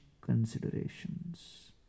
considerations